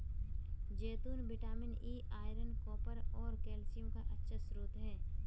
जैतून vitamin E, iron, copper और calcium का अच्छा स्रोत हैं